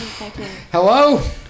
Hello